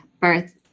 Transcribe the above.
birth